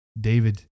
David